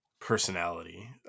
personality